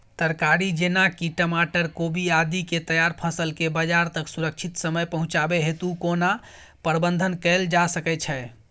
तरकारी जेना की टमाटर, कोबी आदि के तैयार फसल के बाजार तक सुरक्षित समय पहुँचाबै हेतु केना प्रबंधन कैल जा सकै छै?